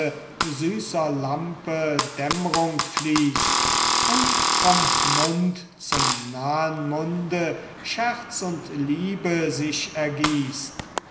süßer lampe dämmrung fließt und vom mund zum nahen munde scherz und liebe sich ergießt